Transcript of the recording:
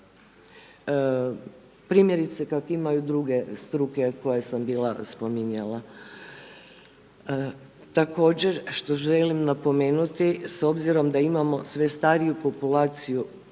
primjerice kako imaju druge struke koje sam bila spominjala. Također što želim napomenuti s obzirom da imamo sve stariju populaciju